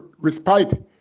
respite